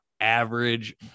average